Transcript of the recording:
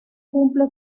cumple